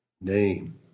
name